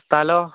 സ്ഥലമോ